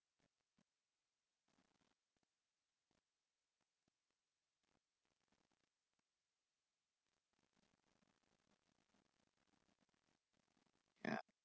ya